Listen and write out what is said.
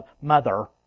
mother